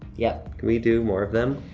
yup. can we do more of them?